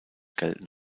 gelten